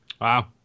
wow